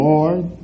Lord